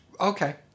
Okay